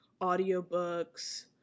audiobooks